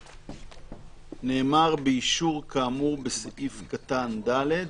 נאמר "באישור כאמור בסעיף קטן (ד)".